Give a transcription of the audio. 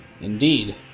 Indeed